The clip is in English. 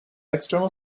external